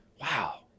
wow